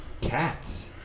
Cats